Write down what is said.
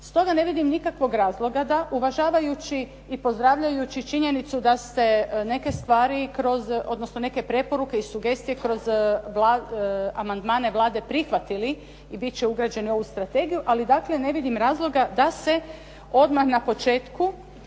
Stoga ne vidim nikakvog razloga da uvažavajući i pozdravljajući činjenicu da ste neke stvari kroz odnosno neke preporuke i sugestije kroz amandmane Vlade prihvatili i bit će ugrađeni u ovu strategiju ali ne vidim razloga da se odmah na početku